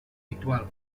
ritual